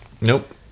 nope